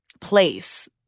place